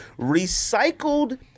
Recycled